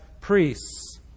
priests